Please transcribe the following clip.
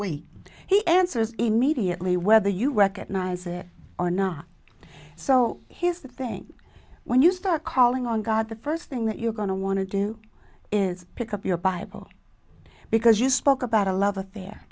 wait he answers immediately whether you recognize it or not so here's the thing when you start calling on god the first thing that you're going to want to do is pick up your bible because you spoke about a love affair